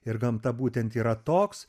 ir gamta būtent yra toks